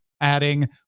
adding